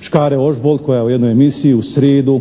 Škare-Ožbolt koja je u jednoj emisiji "U sridu"